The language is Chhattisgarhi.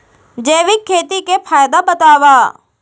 जैविक खेती के फायदा बतावा?